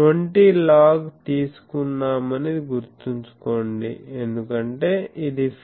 20 log తీసుకున్నామని గుర్తుంచుకోండి ఎందుకంటే ఇది ఫీల్డ్